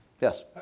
Yes